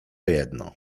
jedno